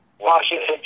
Washington